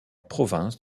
province